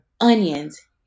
Onions